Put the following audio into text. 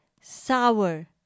sour